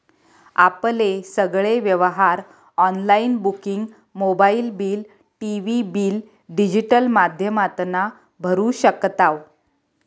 आपले सगळे व्यवहार online booking mobile bill, TV bill digital माध्यमातना भरू शकताव